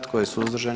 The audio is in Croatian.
Tko je suzdržan?